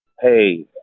Hey